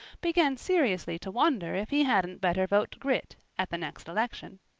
began seriously to wonder if he hadn't better vote grit at the next election.